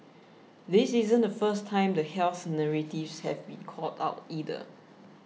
this isn't the first time the health narratives have been called out either